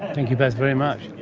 thank you both very much.